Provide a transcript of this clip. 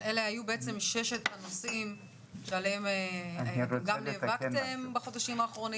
אלה היו ששת הנושאים עליהם גם נאבקתם בחודשים האחרונים